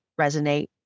resonate